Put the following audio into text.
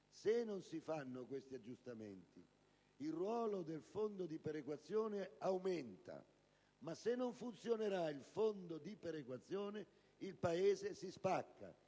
se non si fanno questi aggiustamenti, il ruolo del fondo di perequazione aumenta, ma se non funziona il fondo di perequazione, il Paese si spacca.